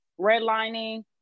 redlining